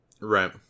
Right